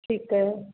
ਠੀਕ ਹੈ